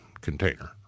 container